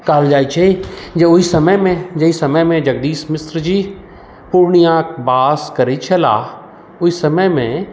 कहल जाइछै जे ओहि समयमे जाहि समयमे जगदीश मिश्रजी पुर्णियाक वास करै छला ओहि समयमे